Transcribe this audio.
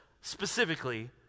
specifically